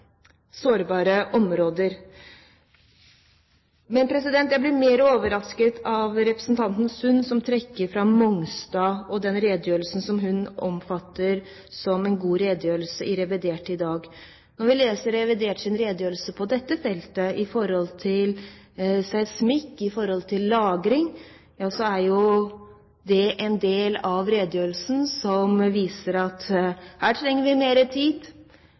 sårbare områder. Men jeg blir mer overrasket over representanten Sund som trekker fram Mongstad og den redegjørelsen som hun oppfatter som en god redegjørelse i revidert i dag. Når vi leser reviderts redegjørelse på dette feltet når det gjelder seismikk og lagring, så viser den at her trenger vi mer tid, her trenger vi mer kunnskap, og vi får også en